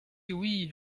oui